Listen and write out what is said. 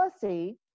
policy